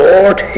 Lord